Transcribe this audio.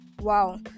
Wow